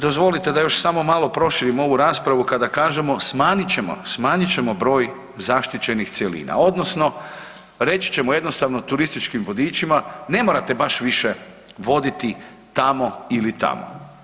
Dozvolite da još samo malo proširim ovu raspravu kada kažemo smanjit ćemo broj zaštićenih cjelina odnosno reći ćemo jednostavno turističkim vodičima ne morate baš više voditi tamo ili tamo.